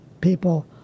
people